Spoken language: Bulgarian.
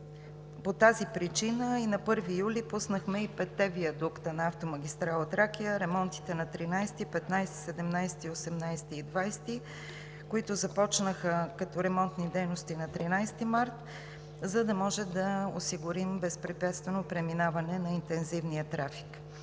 По тази причина на 1 юли пуснахме и петте виадукта на автомагистрала „Тракия“ – ремонтите на 13, 15, 17, 18 и 20, които започнаха като ремонтни дейности на 13 март, за да може да осигурим безпрепятствено преминаване на интензивния трафик.